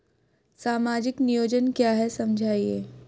सामाजिक नियोजन क्या है समझाइए?